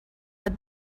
had